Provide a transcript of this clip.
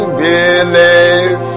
believe